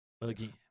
Again